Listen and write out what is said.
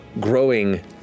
growing